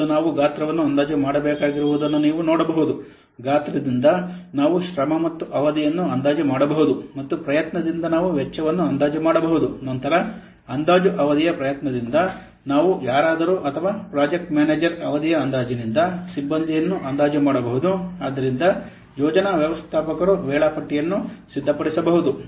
ಮೊದಲು ನಾವು ಗಾತ್ರವನ್ನು ಅಂದಾಜು ಮಾಡಬೇಕಾಗಿರುವುದನ್ನು ನೀವು ನೋಡಬಹುದು ಗಾತ್ರದಿಂದ ನಾವು ಶ್ರಮ ಮತ್ತು ಅವಧಿಯನ್ನು ಅಂದಾಜು ಮಾಡಬಹುದು ಮತ್ತು ಪ್ರಯತ್ನದಿಂದ ನಾವು ವೆಚ್ಚವನ್ನು ಅಂದಾಜು ಮಾಡಬಹುದು ನಂತರ ಅಂದಾಜು ಅವಧಿಯ ಪ್ರಯತ್ನದಿಂದ ನಾವು ಯಾರಾದರೂ ಅಥವಾ ಪ್ರಾಜೆಕ್ಟ್ ಮ್ಯಾನೇಜರ್ ಅವಧಿಯ ಅಂದಾಜಿನಿಂದ ಸಿಬ್ಬಂದಿಯನ್ನು ಅಂದಾಜು ಮಾಡಬಹುದು ಆದ್ದರಿಂದ ಯೋಜನಾ ವ್ಯವಸ್ಥಾಪಕರು ವೇಳಾಪಟ್ಟಿಯನ್ನು ಸಿದ್ಧಪಡಿಸಬಹುದು